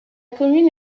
commune